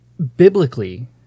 Biblically